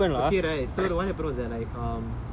okay right what happen was like um